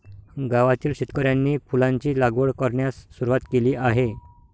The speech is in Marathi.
गावातील शेतकऱ्यांनी फुलांची लागवड करण्यास सुरवात केली आहे